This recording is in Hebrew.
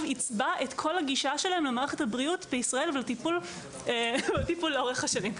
תעצב את כל הגישה למערכת הבריאות לאורך השנים.